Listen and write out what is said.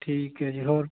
ਠੀਕ ਹੈ ਜੀ ਹੋਰ